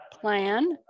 plan